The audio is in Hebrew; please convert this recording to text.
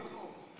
נשמח לטעות.